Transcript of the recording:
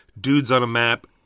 dudes-on-a-map